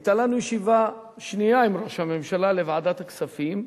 היתה לנו ישיבה שנייה עם ראש הממשלה בוועדת הכספים,